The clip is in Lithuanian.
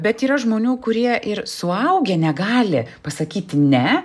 bet yra žmonių kurie ir suaugę negali pasakyti ne